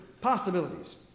possibilities